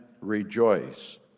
rejoice